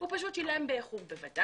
הוא פשוט שילם באיחור - ודאי